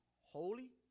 holy